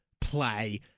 play